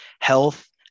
health